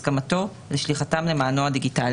אם אני מצטרף לשירות של עיריית גבעתיים ומבקש: